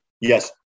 Yes